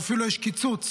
ואפילו יש קיצוץ,